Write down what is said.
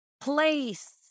place